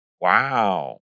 Wow